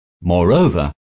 Moreover